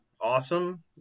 awesome